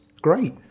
great